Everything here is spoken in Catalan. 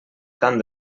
tant